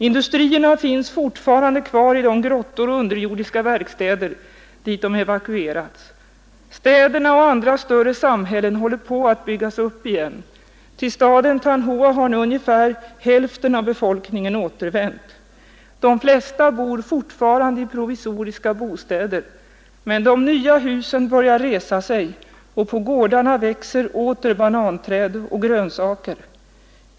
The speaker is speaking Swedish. Industrierna finns fortfarande kvar i de grottor och underjordiska verkstäder, dit de evakuerats. Städerna och andra större samhällen håller på att byggas upp igen. Till staden Than Hoa hade nu ungefär hälften av befolkningen återvänt. De flesta bor fortfarande i provisoriska bostäder — men de nya husen börjar resa sig och på gårdarna växer åter bananträd och grönsaker.